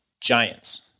giants